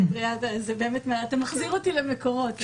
אתה מחזיר אותי למקורות.